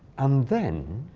and then